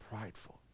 prideful